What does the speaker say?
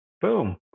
Boom